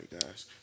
guys